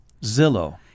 Zillow